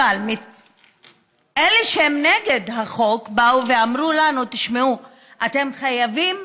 אלה שנגד החוק אמרו לנו: תשמעו, אתם חייבים